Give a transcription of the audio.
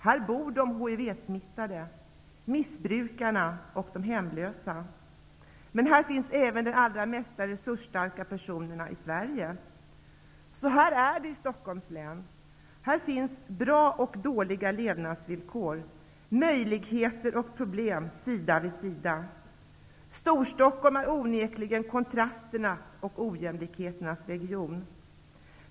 Här bor de HIV-smittade, missbrukarna och de hemlösa. Men här finns även de allra mest resursstarka personerna i Sverige. Så är det i Stockholms län. Här finns bra och dåliga levnadsvillkor, möjligheter och problem sida vid sida. Storstockholm är onekligen kontrasternas och ojämlikheternas region.